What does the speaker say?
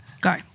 go